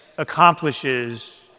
accomplishes